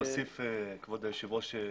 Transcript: כבוד היושב ראש,